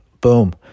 boom